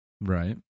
Right